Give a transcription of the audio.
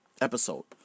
episode